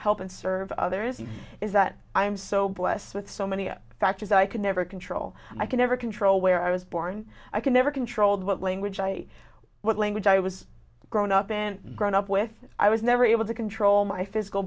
help and serve others is that i am so blessed with so many factors i can never control i can never control where i was born i can never control what language i what language i was grown up in grown up with i was never able to control my physical